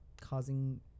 causing